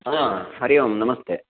हा हरिः ओं नमस्ते